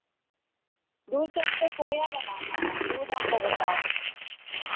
दूध से हमको खोया बनाना है दूध हमको बताओ